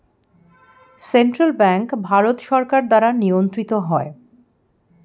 central bank Bharat সরকার দ্বারা নিয়ন্ত্রিত হয়